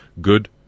Good